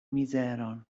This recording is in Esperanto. mizeron